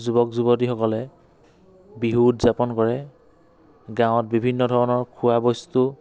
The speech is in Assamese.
যুৱক যুবতীসকলে বিহু উদযাপন কৰে গাঁৱত বিভিন্ন ধৰণৰ খোৱা বস্তু